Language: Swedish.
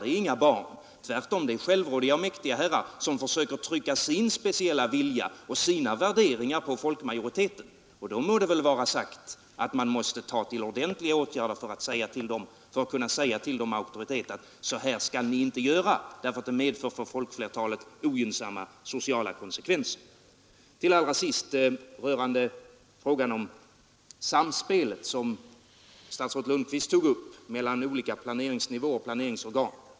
Tvärtom är det mycket självrådiga och mäktiga herrar, som försöker trycka sin speciella vilja och sina värderingar på folkmajoriteten. Och då må det väl vara sagt att man måste ta till ordentliga åtgärder för att kunna säga till dem med någon auktoritet, att så här skall ni inte göra, ty det medför för flertalet ogynnsamma sociala konsekvenser. Slutligen tog statsrådet Lundkvist upp frågan om samspelet mellan olika planeringsnivåer och planeringsorgan.